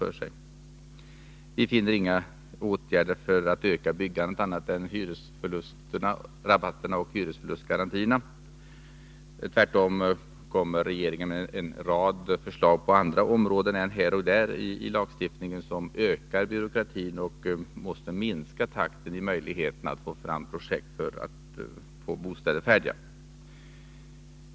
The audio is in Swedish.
Jag finner inte några andra åtgärder för att öka byggandet än hyresförlustrabatterna och hyresförlustgarantierna. Tvärtom kommer regeringen med en rad förslag på andra områden i lagstiftningen som ökar byråkratin och minskar möjligheten att få bostäder färdiga.